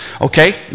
Okay